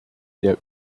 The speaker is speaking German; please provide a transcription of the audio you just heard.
der